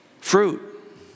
Fruit